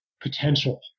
potential